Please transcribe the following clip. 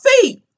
feet